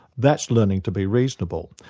that's learning to be reasonable.